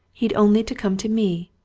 he'd only to come to me.